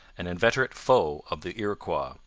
an inveterate foe of the iroquois,